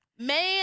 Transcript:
man